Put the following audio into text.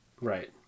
Right